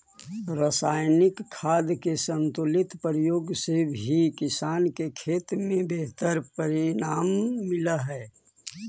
रसायनिक खाद के संतुलित प्रयोग से भी किसान के खेत में बेहतर परिणाम मिलऽ हई